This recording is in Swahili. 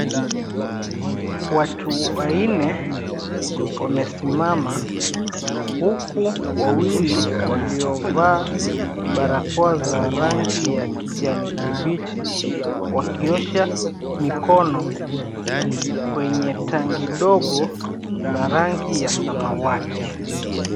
Watu wanne wamesimama, huku wawili waliovaa barakoa za rangi ya kijani kibichi wakiosha mikono kwenye tanki dogo la rangi ya samawati.